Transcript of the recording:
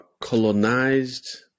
colonized